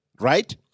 right